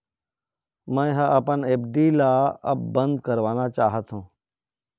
मै ह अपन एफ.डी ला अब बंद करवाना चाहथों